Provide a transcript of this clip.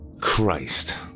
Christ